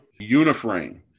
uniframe